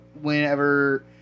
whenever